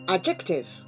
Adjective